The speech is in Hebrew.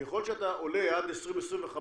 ככל שאתה עולה עד 2025,